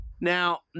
Now